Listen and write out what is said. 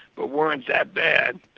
but weren't that bad.